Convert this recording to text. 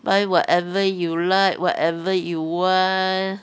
buy whatever you like whatever you want